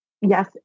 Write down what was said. yes